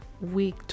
week